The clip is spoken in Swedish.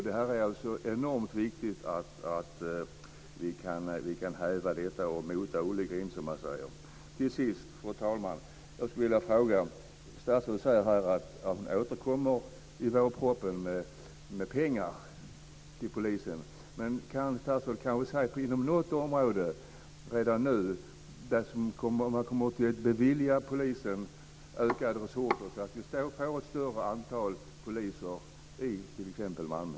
Det är enormt viktigt att vi kan häva detta och mota Olle i grind, som man säger. Till sist, fru talman, säger statsrådet att hon återkommer i vårpropositionen med pengar till polisen. Men kan statsrådet kanske redan nu tala om ifall polisen kommer att beviljas ökade resurser så att vi får ett större antal poliser i t.ex. Malmö?